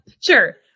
Sure